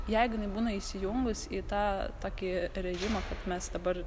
jeigu jinai būna įsijungus į tą tokį režimą kad mes dabar